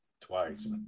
twice